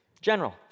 General